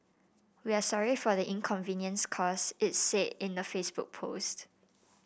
we are sorry for the inconvenience caused it said in a Facebook post